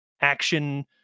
action